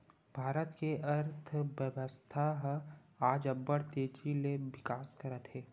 भारत के अर्थबेवस्था ह आज अब्बड़ तेजी ले बिकास करत हे